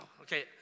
Okay